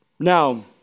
Now